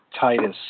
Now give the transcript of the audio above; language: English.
Titus